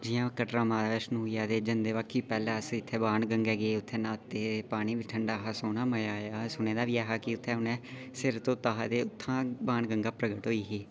जियां कटरा माता वैश्णो होईआ जंदे बाकी पैह्लै अस बाण गंगे गे न्हाते पानी बी ठंडा हा सुने दा बी ऐ हा कि उत्थैं उनै सिर धोता हा ते उत्थां दा बाण गंगा प्रकट होई ही